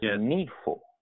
needful